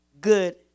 Good